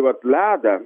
vat ledą